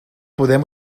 podem